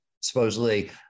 supposedly